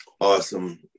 awesome